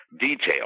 detail